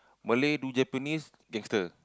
Malay do Japanese gangster